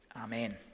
Amen